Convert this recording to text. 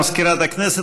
מאיר כהן,